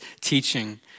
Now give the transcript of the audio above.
teaching